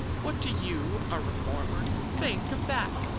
what do you, a reformer, think of that?